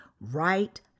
right